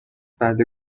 بعده